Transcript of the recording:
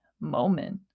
moment